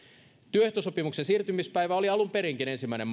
työehtosopimuksen siirtymispäivä oli alun perinkin ensimmäinen